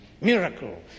Miracle